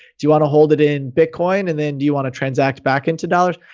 do you want to hold it in bitcoin? and then do you want to transact back into dollars?